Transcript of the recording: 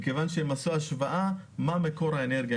מכיוון שהם עשו השוואה מה מקור האנרגיה.